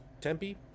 Tempe